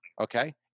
okay